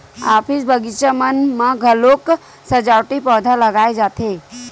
office, बगीचा मन म घलोक सजावटी पउधा लगाए जाथे